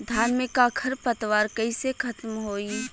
धान में क खर पतवार कईसे खत्म होई?